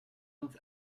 uns